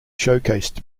showcased